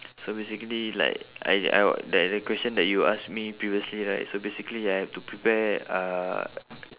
so basically like I I what that the question that you ask me previously right so basically I have to prepare uh